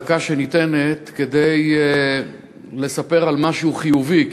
בדקה שניתנת כדי לספר על משהו חיובי,